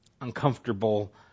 uncomfortable